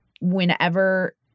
whenever